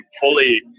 fully